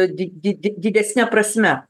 di di didesne prasme